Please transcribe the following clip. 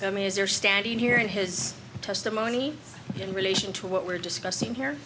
i mean is there standing here in his testimony in relation to what we're discussing here